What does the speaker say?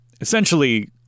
essentially